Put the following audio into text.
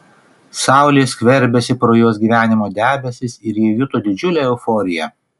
saulė skverbėsi pro jos gyvenimo debesis ir ji juto didžiulę euforiją